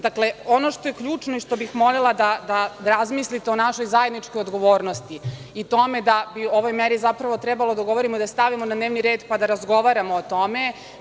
Dakle, ono što je ključno i što bih molila da razmislite, to je o našoj zajedničkoj odgovornosti i tome da bi o ovoj meri zapravo trebalo da govorimo i da je stavimo na dnevni red, pa da razgovaramo o tome.